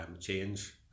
change